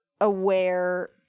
aware